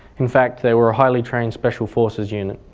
in fact they were a highly trained special forces unit.